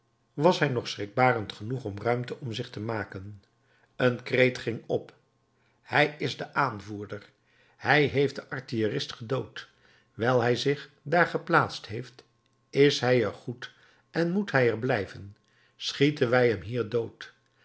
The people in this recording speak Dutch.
was hij nog schrikbarend genoeg om ruimte om zich te maken een kreet ging op hij is de aanvoerder hij heeft den artillerist gedood wijl hij zich daar geplaatst heeft is hij er goed en moet hij er blijven schieten wij hem hier dood